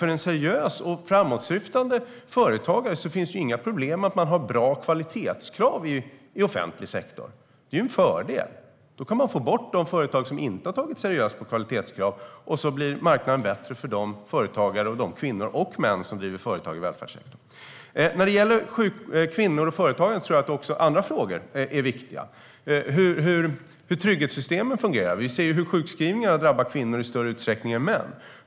För en seriös och framåtsyftande företagare finns det inga problem i att man har bra kvalitetskrav i offentlig sektor. Det är en fördel. Då kan man få bort de företag som inte har tagit seriöst på kvaliteten, och så blir marknaden bättre för de kvinnor och män som driver företag i välfärdssektorn. När det gäller kvinnor och företagande tror jag att även andra frågor är viktiga, som hur trygghetssystemen fungerar. Vi ser hur sjukskrivningarna drabbar kvinnor i större utsträckning än män.